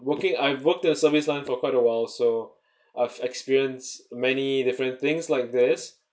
working I've worked at service line for quite awhile so I have experienced many different things like this